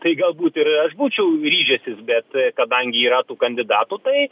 tai galbūt ir aš būčiau ryžęsis bet kadangi yra tų kandidatų tai